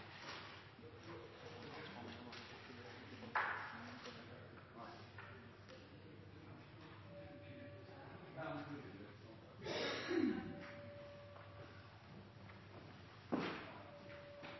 hans syn på